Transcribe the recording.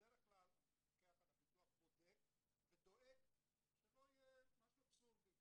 בדרך כלל המפקח על הביטוח בודק ודואג שלא יהיה משהו אבסורדי.